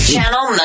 Channel